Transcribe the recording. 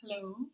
Hello